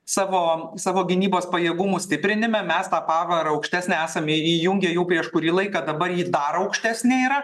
savo savo gynybos pajėgumų stiprinime mes tą pavarą aukštesnę esame į įjungę jau prieš kurį laiką dabar ji dar aukštesnė yra